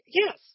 yes